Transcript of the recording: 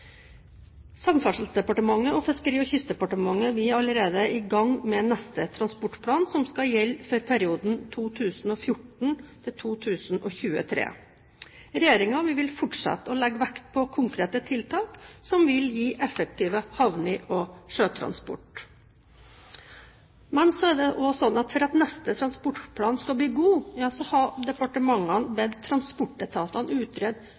Samferdselsdepartementet og Fiskeri- og kystdepartementet er allerede i gang med neste transportplan, som skal gjelde for perioden 2014–2023. Regjeringen vil fortsette å legge vekt på konkrete tiltak som vil gi effektive havner og sjøtransport. Men så er det også sånn at for at neste transportplan skal bli god, har departementene bedt transportetatene utrede hvordan vi kan skape effektive knutepunkter for godstransport. Vi har